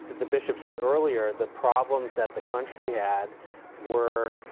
the bishop said earlier, the problems that the country had were